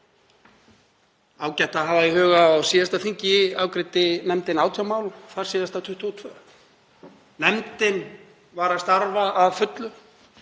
ágætt að hafa í huga að á síðasta þingi afgreiddi nefndin 18 mál, þar síðasta 22. Nefndin var að starfa að fullu,